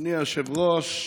אדוני היושב-ראש,